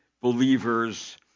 believers